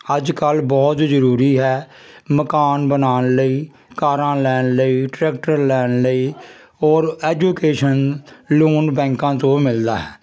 ਅੱਜ ਕੱਲ੍ਹ ਬਹੁਤ ਜ਼ਰੂਰੀ ਹੈ ਮਕਾਨ ਬਣਾਉਣ ਲਈ ਕਾਰਾਂ ਲੈਣ ਲਈ ਟਰੈਕਟਰ ਲੈਣ ਲਈ ਔਰ ਐਜੂਕੇਸ਼ਨ ਲੋਨ ਬੈਂਕਾਂ ਤੋਂ ਮਿਲਦਾ ਹੈ